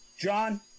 John